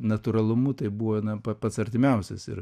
natūralumu tai buvo na pats artimiausias ir